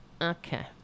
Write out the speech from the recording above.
okay